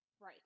Right